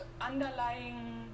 underlying